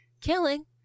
killing